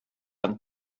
and